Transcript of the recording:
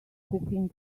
cooking